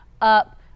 up